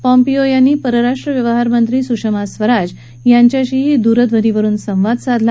Pompeo यांनी परराष्ट्र व्यवहार मंत्री सुषमा स्वराज यांच्याशीही दूरध्वनीवरुन संवाद साधला